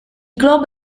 globo